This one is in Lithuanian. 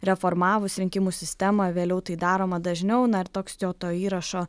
reformavus rinkimų sistemą vėliau tai daroma dažniau na ir toks jo to įrašo